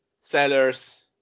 sellers